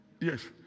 Yes